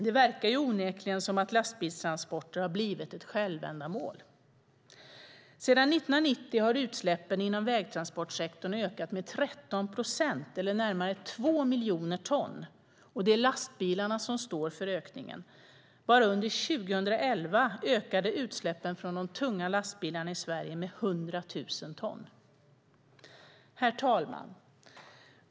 Det verkar onekligen som att lastbilstransporter har blivit ett självändamål. Sedan 1990 har utsläppen inom vägtransportsektorn ökat med 13 procent eller närmare 2 miljoner ton. Det är lastbilarna som står för ökningen. Bara under 2011 ökade utsläppen från de tunga lastbilarna i Sverige med 100 000 ton. Herr talman!